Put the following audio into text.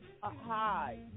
hi